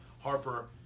Harper